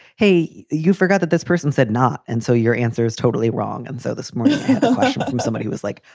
hey, you forgot that this person said not. and so your answer is totally wrong. and so this morning um somebody was like,